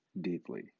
deeply